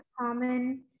common